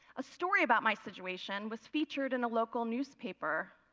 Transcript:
a story about my situation was featured in a local newspaper